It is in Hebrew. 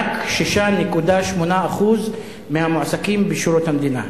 רק 6.8% מהמועסקים בשירות המדינה,